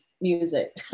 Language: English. music